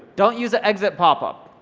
don't use an exit popup.